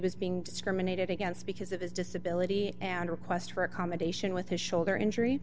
was being discriminated against because of his disability and request for accommodation with his shoulder injury